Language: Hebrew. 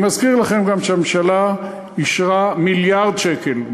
אני מזכיר לכם גם שהממשלה אישרה מיליארד שקל,